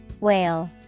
Whale